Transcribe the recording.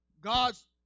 God's